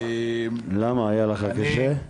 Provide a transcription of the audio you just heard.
למה, היה לך קשה?